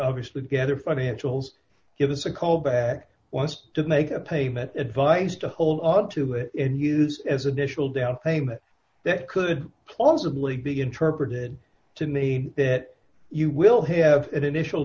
obviously together financials give us a call back once to make a payment advised to hold onto it and use as additional downpayment that could plausibly big interpreted to mean that you will have an initial